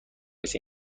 کسی